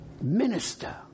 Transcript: minister